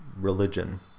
religion